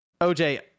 OJ